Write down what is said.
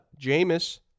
Jameis